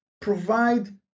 provide